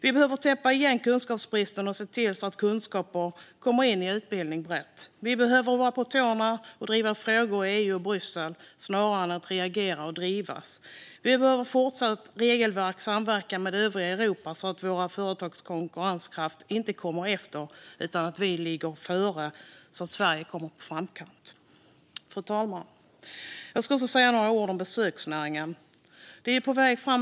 Vi behöver täppa igen kunskapsbristen och se till att kunskaper kommer in i utbildningen brett. Vi behöver vara på tårna och driva frågor i EU och Bryssel snarare än reagera och drivas. Vi behöver fortsätta att samverka med övriga Europa när det gäller regelverk så att våra företags konkurrenskraft inte halkar efter utan ligger före och så att Sverige ligger i framkant. Fru talman! Jag ska också säga några ord om besöksnäringen. En ny strategi är på väg fram.